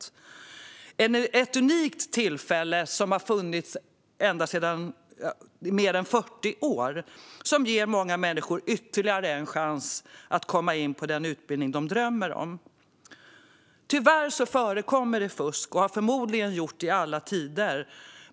Det är ett unikt tillfälle som har funnits i mer än 40 år och som ger många människor ytterligare en chans att komma in på den utbildning de drömmer om. Tyvärr förekommer det fusk. Det har det förmodligen gjort i alla tider.